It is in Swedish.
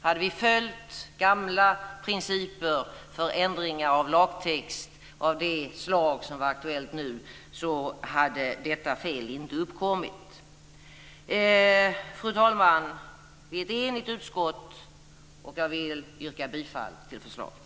Hade vi följt gamla principer för ändringar av lagtext av det slag som var aktuellt nu hade detta fel inte uppkommit. Fru talman! Vi är ett enigt utskott. Jag vill yrka bifall till förslaget.